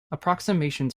approximations